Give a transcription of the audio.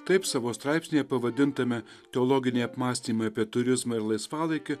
taip savo straipsnyje pavadintame teologiniai apmąstymai apie turizmą ir laisvalaikį